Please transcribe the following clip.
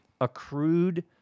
accrued